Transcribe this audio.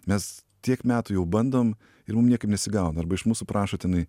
mes tiek metų jau bandom ir mum niekaip nesigauna arba iš mūsų prašo tenai